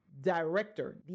director